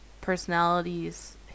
personalities